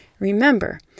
Remember